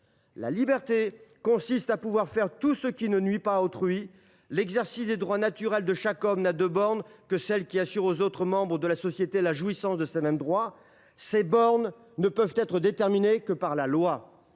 La liberté consiste à pouvoir faire tout ce qui ne nuit pas à autrui : ainsi, l’exercice des droits naturels de chaque homme n’a de bornes que celles qui assurent aux autres membres de la société la jouissance de ces mêmes droits. Ces bornes ne peuvent être déterminées que par la loi.